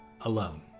alone